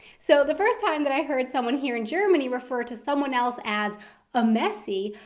so, the first time that i heard someone here in germany refer to someone else as a messie,